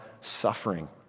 suffering